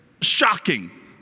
shocking